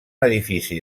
edifici